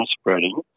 spreading